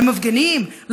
על מפגינים?